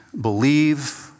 believe